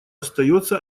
остается